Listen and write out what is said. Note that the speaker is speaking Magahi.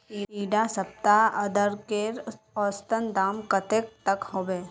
इडा सप्ताह अदरकेर औसतन दाम कतेक तक होबे?